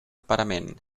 parament